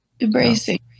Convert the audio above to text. Embracing